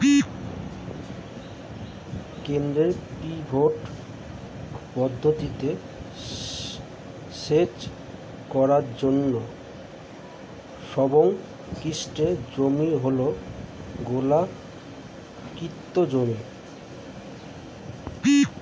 কেন্দ্রীয় পিভট পদ্ধতিতে সেচ করার জন্য সর্বোৎকৃষ্ট জমি হল গোলাকৃতি জমি